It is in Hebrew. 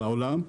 בעולם,